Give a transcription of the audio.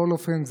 בכל אופן,